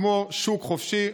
כמו שוק חופשי,